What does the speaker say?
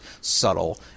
subtle